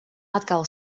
atkal